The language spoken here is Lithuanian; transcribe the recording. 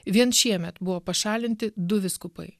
vien šiemet buvo pašalinti du vyskupai